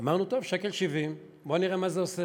אמרנו: טוב, 1.7 שקל, בואו נראה מה זה עושה.